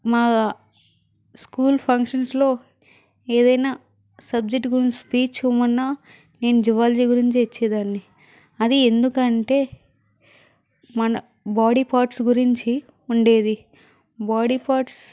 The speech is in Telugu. మా స్కూల్ ఫంక్షన్స్ లో ఏదైనా సబ్జెక్ట్ గురించి స్పీచ్ ఇవ్వమన్నా నేను జువాలజీ గురించే ఇచ్చేదాన్ని అది ఎందుకంటే మన బాడీ పార్ట్స్ గురించి ఉండేది బాడీ పార్ట్స్